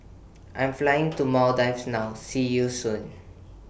I Am Flying to Maldives now See YOU Soon